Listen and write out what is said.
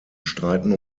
streiten